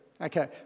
okay